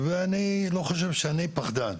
ואני בדרך כלל לא חושב שאני פחדן,